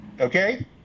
Okay